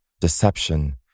deception